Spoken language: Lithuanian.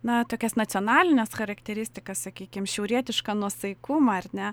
na tokias nacionalines charakteristikas sakykim šiaurietišką nuosaikumą ar ne